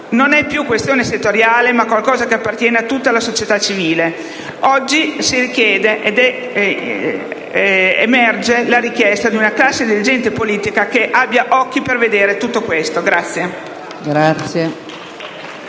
Non è più una questione settoriale, ma qualcosa che appartiene a tutta la società civile. Oggi emerge la richiesta di una classe dirigente politica che abbia occhi per vedere tutto questo.*(Applausi